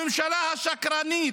הממשלה השקרנית,